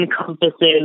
encompasses